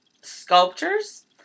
sculptures